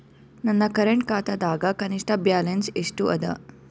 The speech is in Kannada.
ನನ್ನ ಕರೆಂಟ್ ಖಾತಾದಾಗ ಕನಿಷ್ಠ ಬ್ಯಾಲೆನ್ಸ್ ಎಷ್ಟು ಅದ